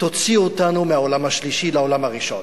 תוציא אותנו מהעולם השלישי לעולם הראשון,